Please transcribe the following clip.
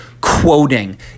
quoting